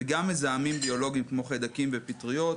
וגם מזהמים ביולוגיים כמו חיידקים ופטריות,